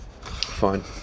fine